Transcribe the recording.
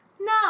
No